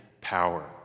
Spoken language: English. power